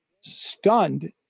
stunned